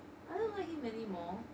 I don't like him anymore